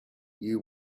you